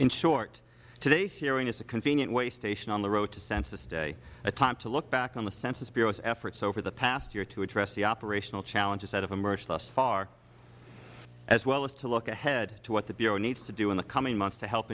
in short today's hearing is a convenient weigh station on the road to census day a time to look back on the census bureau's efforts over the past year to address the operational challenges that have emerged thus far as well as to look ahead to what the bureau needs to do in the coming months to he